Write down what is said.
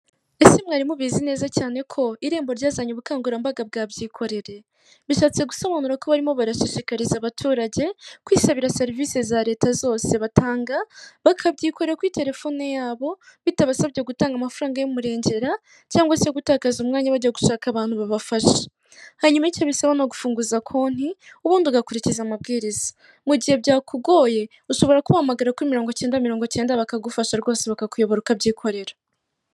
Ese mwari mubizi neza cyane ko irembo ryazanye ubukangurambaga bwabyikoreye; bishatse gusobanura ko barimo barashishikariza abaturage kwisabira serivisi za leta zose batanga bakabyikorera kuri telefone yabo bitabasabye gutanga amafaranga y'umurengera cyangwa se gutakaza umwanya bajya gushaka abantu babafasha hanyuma icyo bisaba nigufunguza konti ubundi agakurikiza amabwiriza mu gihe byakugoye ushobora kubahamagara kuri mirongo icyenda mirongo icyenda bakagufasha rwose bakakuyobora ukabyikorera.